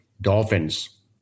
Dolphins